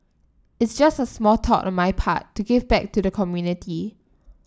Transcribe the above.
it's just a small thought on my part to give back to the community